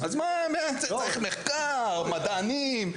אז מה אתה צריך מחקר, מדענים?